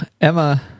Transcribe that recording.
emma